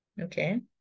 Okay